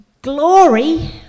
Glory